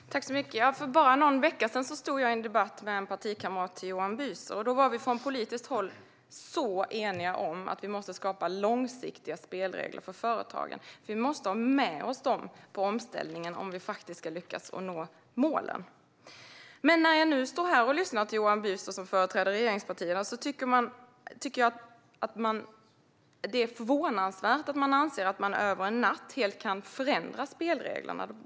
Fru talman! För bara någon vecka sedan debatterade jag med en partikamrat till Johan Büser. Då var vi från politiskt håll eniga om att man måste skapa långsiktiga spelregler för företagen. Vi måste ha med oss företagen på omställningen om vi ska lyckas nå målen. När jag nu lyssnar till Johan Büser, som företräder regeringspartierna, tycker jag att det är förvånansvärt att man anser att spelreglerna helt kan förändras över bara en natt.